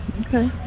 Okay